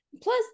Plus